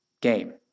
game